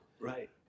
Right